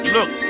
Look